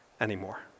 anymore